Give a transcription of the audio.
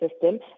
system